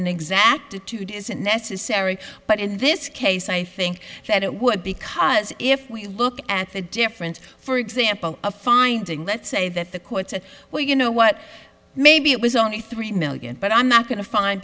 inexactitude isn't necessary but in this case i think that it would because if we look at the difference for example a finding let's say that the court said well you know what maybe it was only three million but i'm not going to find